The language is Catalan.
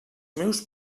meus